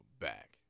back